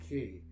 Okay